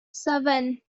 seven